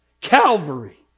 Calvary